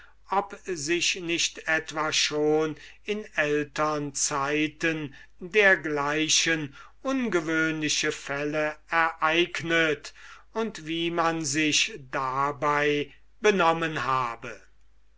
ob sich nicht etwa schon in ältern zeiten dergleichen ungewöhnliche fälle ereignet und wie man sich dabei benommen habe